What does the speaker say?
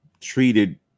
treated